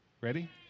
Ready